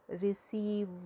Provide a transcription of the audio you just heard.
receive